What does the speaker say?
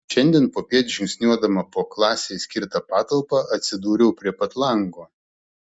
šiandien popiet žingsniuodama po klasei skirtą patalpą atsidūriau prie pat lango